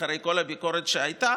אחרי כל הביקורת שהייתה,